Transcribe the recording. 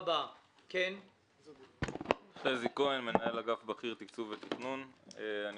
אני מנהל אגף בכיר תקצוב ותכנון במשרד לשירותי דת.